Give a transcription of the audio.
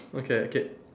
okay okay